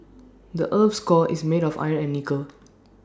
the Earth's core is made of iron and nickel